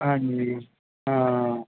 ਹਾਂਜੀ ਹਾਂ